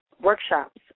Workshops